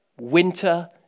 winter